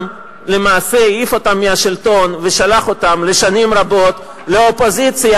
למעשה העיף אותם מהשלטון ושלח אותם לשנים רבות לאופוזיציה,